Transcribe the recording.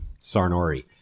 Sarnori